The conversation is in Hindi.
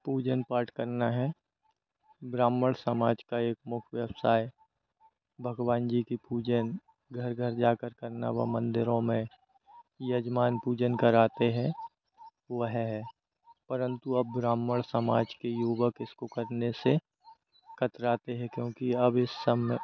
पूजन पाठ करना है ब्राह्मण समाज का यह मुख्य व्यवसाय भगवान जी की पूजा घर घर जाकर करना व मंदिरों में यजमान पूजन कराते हैं वह है परंतु अब ब्राह्मण समाज के युवक इसको करने से कतराते हैं क्योंकि अब इस समय